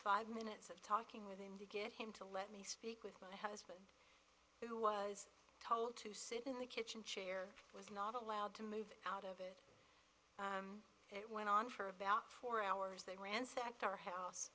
five minutes of talking with him to get him to let me speak with my husband who was told to sit in the kitchen chair was not allowed to move out of it it went on for about four hours they ransacked our house